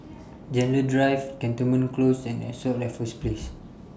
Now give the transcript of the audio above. Gentle Drive Cantonment Close and Ascott Raffles Place